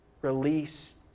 release